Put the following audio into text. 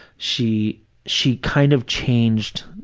she she kind of changed,